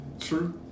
True